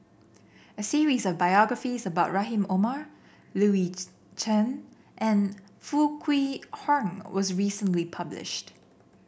a series of biographies about Rahim Omar Louis Chen and Foo Kwee Horng was recently published